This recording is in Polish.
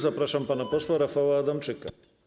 Zapraszam pana posła Rafała Adamczyka.